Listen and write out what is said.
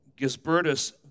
Gisbertus